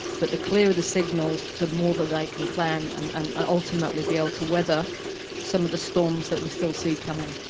but the clearer the signals the more that they can plan and ultimately be able to weather some of the storms that we still see coming.